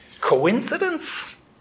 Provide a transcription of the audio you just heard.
coincidence